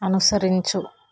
అనుసరించు